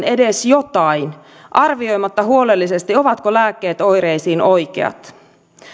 edes jotain arvioimatta huolellisesti ovatko lääkkeet oireisiin oikeat